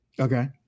Okay